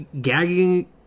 gagging